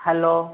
hello